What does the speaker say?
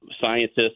scientists